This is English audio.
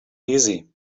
easy